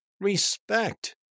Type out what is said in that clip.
respect